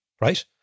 right